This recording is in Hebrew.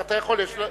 אתה יכול.